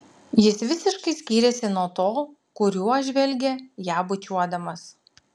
jis visiškai skyrėsi nuo to kuriuo žvelgė ją bučiuodamas